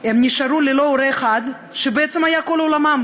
נשארו ללא ההורה האחד שבעצם היה כל עולמם.